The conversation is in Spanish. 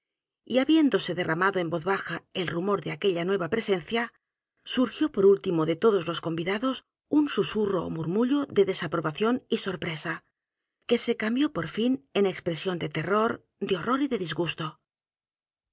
y habiéndose derramado en voz baja el rumor de aquella nueva presencia surgió por último de todos los convidados un susurro ó murmullo de desaprobación y sorpresa que se cambió por fin en expresión de terror de horror y de disgusto